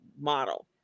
model